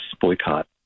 boycott